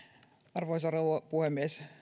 arvoisa rouva puhemies